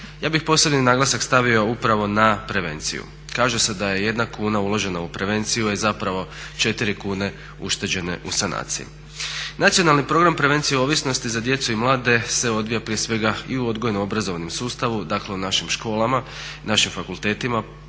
Ja bih posebni naglasak stavio upravo na prevenciju. Kaže se da je 1 kuna uložena u prevenciju zapravo 4 kune ušteđene u sanaciji. Nacionalni program prevencije ovisnosti za djecu i mlade se odvija prije svega i u odgojno-obrazovnim sustavima, dakle u našim školama, našim fakultetima